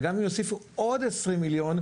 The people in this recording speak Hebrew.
וגם אם יוסיפו עוד 20 מיליון,